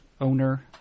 owner